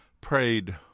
prayed